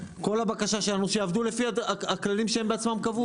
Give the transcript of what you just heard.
כל הבקשה שלנו היא שיעבדו לפי הכללים שהם בעצמם קבעו.